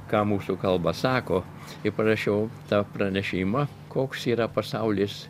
ką mūsų kalba sako kai parašiau tą pranešimą koks yra pasaulis